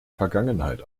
vergangenheit